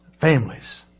Families